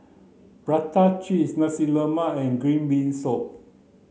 prata cheese nasi lemak and green bean soup